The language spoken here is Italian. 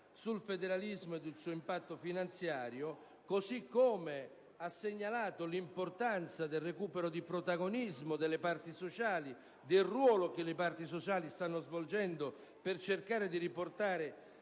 sul federalismo e sul suo impatto finanziario, e ha segnalato l'importanza del recupero di protagonismo delle parti sociali e del ruolo che stanno svolgendo, per cercare di riportare